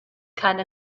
keine